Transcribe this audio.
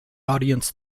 audience